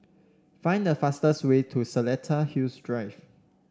find the fastest way to Seletar Hills Drive